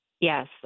Yes